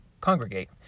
congregate